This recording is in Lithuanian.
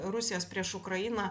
rusijos prieš ukrainą